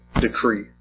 decree